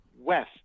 west